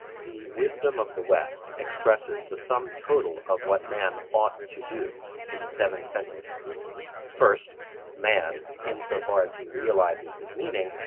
the wisdom of the west expresses the sum total of what man ought to do in seven sentences first man, insofar as he realizes his meaning,